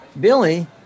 Billy